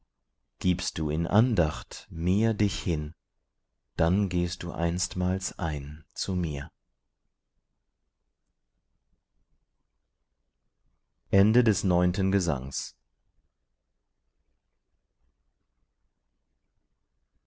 gibst du in andacht mir dich hin dann gehst du einstmals ein zu mir